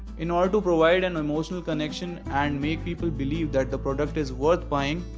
inorder to provide an emotional connection and make people believe that the product is worth buying.